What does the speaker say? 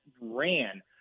ran